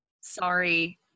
sorry